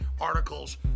articles